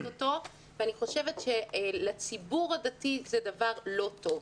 אותו ואני חושבת שלציבור הדתי זה דבר לא טוב.